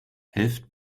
helft